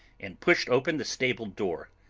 and pushed open the stable door.